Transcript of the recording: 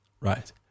right